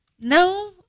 No